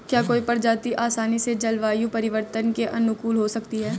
क्या कोई प्रजाति आसानी से जलवायु परिवर्तन के अनुकूल हो सकती है?